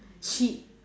she